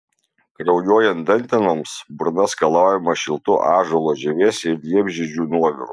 kraujuojant dantenoms burna skalaujama šiltu ąžuolo žievės ir liepžiedžių nuoviru